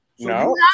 No